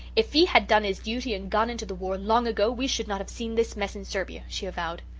if he had done his duty and gone into the war long ago we should not have seen this mess in serbia, she avowed.